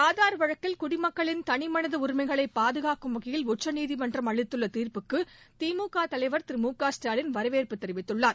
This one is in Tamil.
ஆதார் வழக்கில் குடிமக்களின் தனிமனித உரிமைகளை பாதுகாக்கும் வகையில் உச்சநீதிமன்றம் அளித்துள்ள தீர்ப்புக்கு திமுக தலைவர் திரு மு க ஸ்டாலின் வரவேற்பு தெரிவித்துள்ளார்